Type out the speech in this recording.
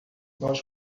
nós